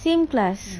same class